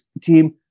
team